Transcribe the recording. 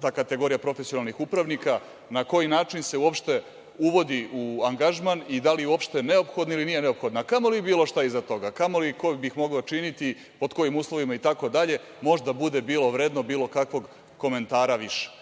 ta kategorija profesionalnih upravnika, na koji način se uopšte uvodi u angažman i da li je uopšte neophodna ili nije neophodna, a kamo li bilo šta iza toga, kamo li ko bi ih mogao činiti, pod kojim uslovima itd, možda bude bilo vredno bilo kakvog komentara više.